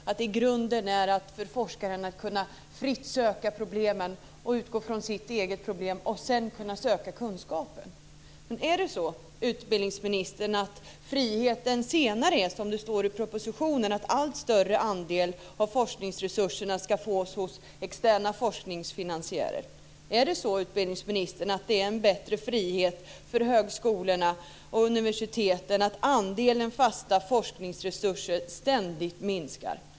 Jag håller med om att det för forskaren i grunden är att fritt kunna söka problemen, att utgå från sitt eget problem och sedan söka kunskap. Är det så, utbildningsministern, att friheten senare innebär, som det står i propositionen, att en allt större andel av forskningsresurserna ska fås genom externa forskningsfinansiärer? Är det så, utbildningsministern, att det är en bättre frihet för högskolorna och universiteten att andelen fasta forskningsresurser ständigt minskar?